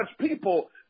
people